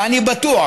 ואני בטוח,